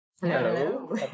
Hello